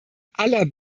aller